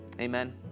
Amen